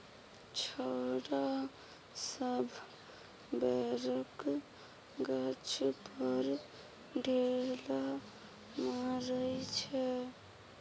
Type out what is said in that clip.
छौरा सब बैरक गाछ पर ढेला मारइ छै